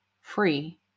free